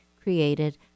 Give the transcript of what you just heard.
created